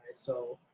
so,